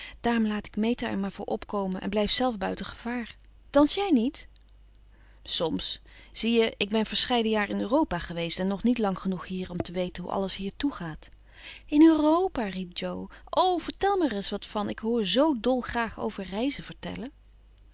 daarom laat ik meta er maar voor opkomen en blijf zelf buiten gevaar dans jij niet soms zie je ik ben verscheiden jaar in europa geweest en nog niet lang genoeg hier om te weten hoe alles hier toegaat in europa riep jo o vertel er mij eens wat van ik hoor zoo dolgraag over reizen vertellen